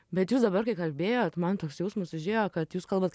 bet jūs dabar kai kalbėjot man toks jausmas užėjo kad jūs kalbat